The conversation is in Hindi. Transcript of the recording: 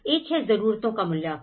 एक है जरूरतों का मूल्यांकन